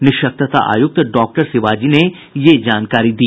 निःशक्तता आयुक्त डॉक्टर शिवाजी ने ये जानकारी दी